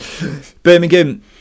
Birmingham